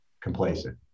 complacent